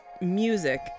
music